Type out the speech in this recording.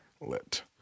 lit